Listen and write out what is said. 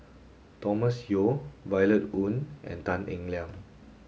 Thomas Yeo Violet Oon and Tan Eng Liang